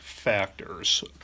factors